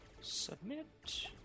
Submit